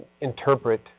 interpret